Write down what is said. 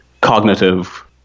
cognitive